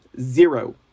zero